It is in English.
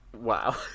Wow